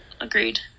Agreed